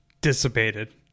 dissipated